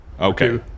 Okay